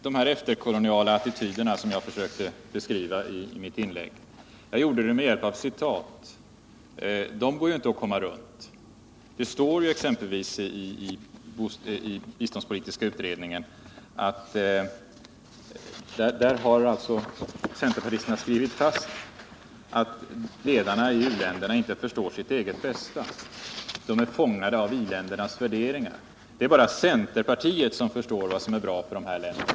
Dessa efterkoloniala attityder, som jag försökte beskriva i mitt anförande, framförde jag med hjälp av citat, och det går inte att komma runt dem. I exempelvis den biståndspolitiska utredningen har centerpartisterna skrivit fast att ledarna i u-länderna inte förstår sitt eget bästa. De är fångade av i-ländernas värderingar. Det är tydligen bara centerpartiet som förstår vad som är bra för dessa länder.